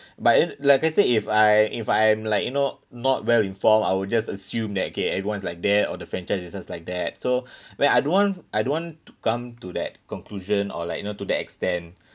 but if like I said if I if I am like you know not well informed I would just assume that K everyone's like that or the franchise is just like that so where I don't want I don't want to come to that conclusion or like you know to the extent